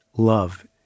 love